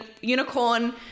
unicorn